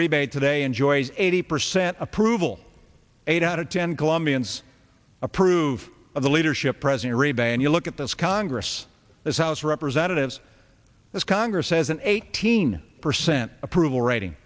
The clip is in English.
rebate today enjoys eighty percent approval eight out of ten colombians approve of the leadership president ray ban you look at this congress as house representatives this congress says an eighteen percent approval rating